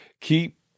keep